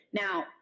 Now